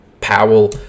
Powell